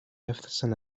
έφθασαν